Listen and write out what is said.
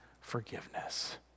forgiveness